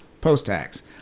post-tax